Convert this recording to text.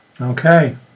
Okay